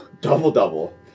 Double-double